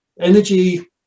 Energy